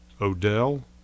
Odell